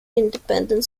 independent